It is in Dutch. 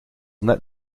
net